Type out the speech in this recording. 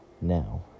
now